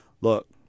look